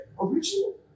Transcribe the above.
Original